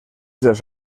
dels